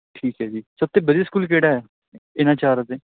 ਠੀਕ ਹੈ ਜੀ ਸਭ ਤੋਂ ਵਧੀਆ ਸਕੂਲ ਕਿਹੜਾ ਹੈ ਇਹਨਾਂ ਚਾਰਾਂ ਤੋਂ